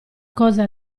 cosa